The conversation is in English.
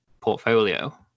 portfolio